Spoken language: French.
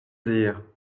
dire